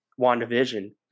wandavision